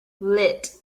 lit